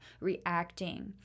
reacting